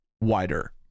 wider